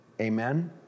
Amen